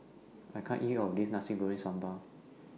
I can't eat All of This Nasi Goreng Sambal